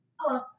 Hello